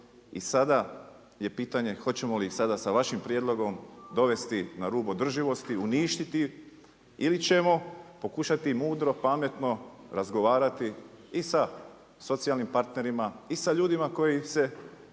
i sada je pitanje hoćemo li sada sa vašim prijedlogom dovesti na rub održivosti, uništiti ili ćemo pokušati mudro, pametno razgovarati i sa socijalnim partnerima i sa ljudima koji su